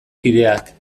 kideak